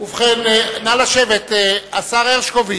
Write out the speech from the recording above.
ובכן, נא לשבת, השר הרשקוביץ,